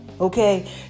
okay